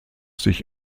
sich